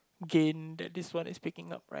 gain that this one is picking up right